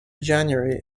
january